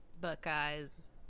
Buckeye's